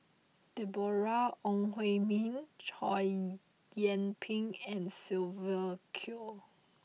Deborah Ong Hui Min Chow Yian Ping and Sylvia Kho